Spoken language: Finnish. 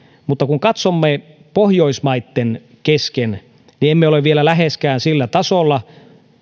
mutta kun katsomme pohjoismaitten kesken niin emme ole vielä läheskään sillä tasolla